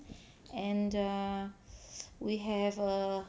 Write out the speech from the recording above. and err we have err